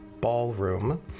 ballroom